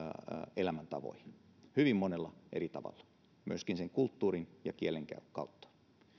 elämäntapoihin hyvin monella eri tavalla myöskin kulttuurin ja kielen kautta